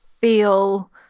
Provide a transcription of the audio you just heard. feel